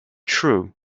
true